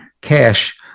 cash